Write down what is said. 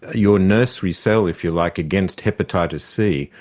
your nursery cell if you like against hepatitis c.